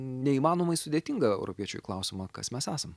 neįmanomai sudėtingą europiečiui klausimą kas mes esam